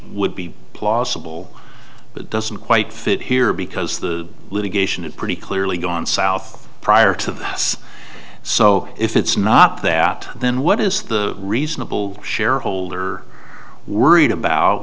would be plausible but doesn't quite fit here because the litigation it's pretty clearly gone south prior to the us so if it's not that then what is the reasonable shareholder worried about